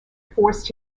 forced